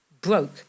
broke